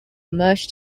merge